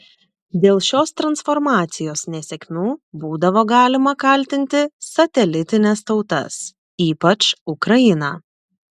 dėl šios transformacijos nesėkmių būdavo galima kaltinti satelitines tautas ypač ukrainą